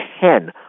ten